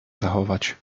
zachować